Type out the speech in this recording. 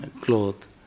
cloth